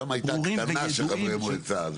שם הייתה הקטנה של חברי מועצה.